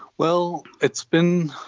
well, it's been